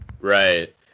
Right